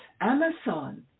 Amazon